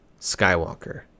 skywalker